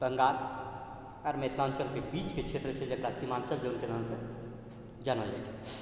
बङ्गाल आओर मिथिलाञ्चलके बीचके क्षेत्र छै जकरा सीमाञ्चल जोनके नामसँ जानल जाइ छै